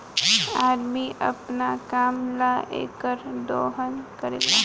अदमी अपना काम ला एकर दोहन करेला